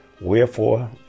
Wherefore